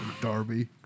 Darby